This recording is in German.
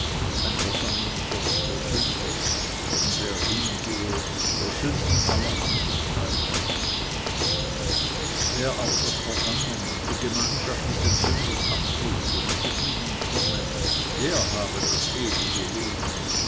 ein versammlungsort der sünder und wer hingehe der sünden aller andern teilhaftig werde wer aber das vergangene und die gemeinschaft mit den sündern abbete und zu ihnen komme der habe das ewige leben